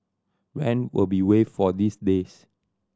rent will be waived for these days